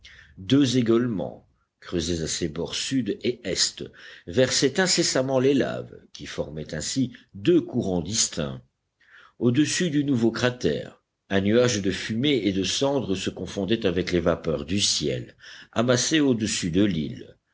deux égueulements creusés à ses bords sud et est versaient incessamment les laves qui formaient ainsi deux courants distincts au-dessus du nouveau cratère un nuage de fumée et de cendres se confondait avec les vapeurs du ciel amassées au-dessus de l'île